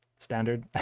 Standard